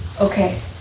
Okay